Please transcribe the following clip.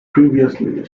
previously